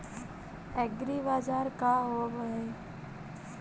एग्रीबाजार का होव हइ?